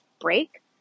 break